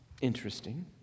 Interesting